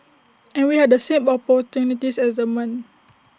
and we had the same opportunities as the men